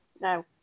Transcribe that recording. No